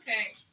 Okay